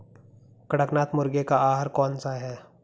कड़कनाथ मुर्गे का आहार कौन सा है?